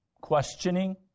questioning